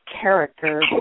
character